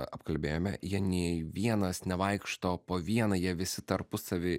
a apkalbėjome jie nei vienas nevaikšto po vieną jie visi tarpusavy